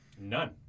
None